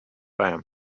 bam